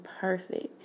perfect